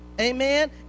amen